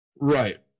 Right